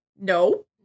No